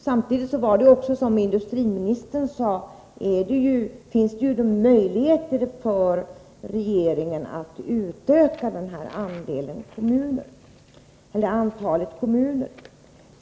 Samtidigt finns det ju, som industriministern sade, möjligheter för regeringen att utöka detta antal kommuner.